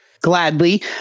Gladly